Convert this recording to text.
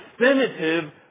definitive